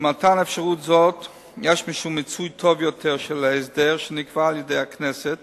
במתן אפשרות זו יש משום מיצוי טוב יותר של ההסדר שנקבע על-ידי הכנסת